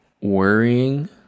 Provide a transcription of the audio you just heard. worrying